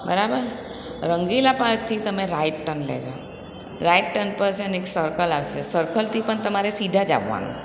બરાબર રંગીલા પાર્કથી તમે રાઇટ ટર્ન લેજો રાઇટ ટર્ન પર છે ને એક સર્કલ આવશે સર્કલથી પણ તમારે સીધા જ આવવાનું